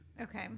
Okay